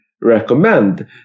recommend